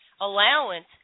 allowance